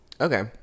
okay